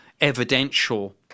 evidential